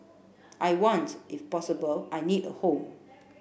I want if possible I need a home